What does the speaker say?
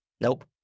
Nope